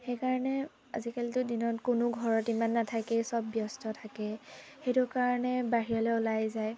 সেইকাৰণে আজিকালিতো দিনত কোনো ঘৰত ইমান নাথাকেই চব ব্যস্ত থাকে সেইটো কাৰণে বাহিৰলৈ ওলাই যায়